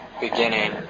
beginning